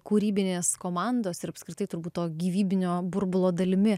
kūrybinės komandos ir apskritai turbūt to gyvybinio burbulo dalimi